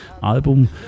Album